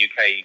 UK